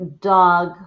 dog